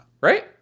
Right